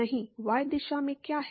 नहीं y दिशा में क्या है